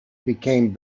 became